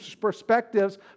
perspectives